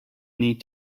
need